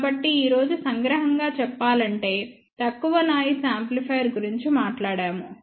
కాబట్టి ఈ రోజు సంగ్రహంగా చెప్పాలంటే తక్కువ నాయిస్ యాంప్లిఫైయర్ గురించి మాట్లాడాము